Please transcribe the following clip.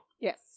Yes